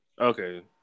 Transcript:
Okay